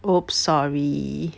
!oops! sorry